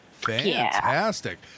Fantastic